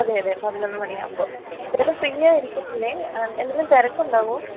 അതെ അതെ പതിനൊന്ന് മണിയാകുമ്പോൾ ചേട്ടൻ ഫ്രീ ആയിരിക്കത്തില്ലേ എന്തെിലും തിരക്ക് ഉണ്ടാകുമോ